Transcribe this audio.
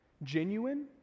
genuine